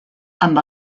amb